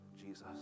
Jesus